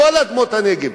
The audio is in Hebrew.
מכל אדמות הנגב.